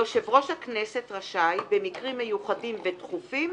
יושב ראש הכנסת רשאי, במקרים מיוחדים ודחופים,